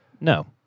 No